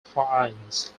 finds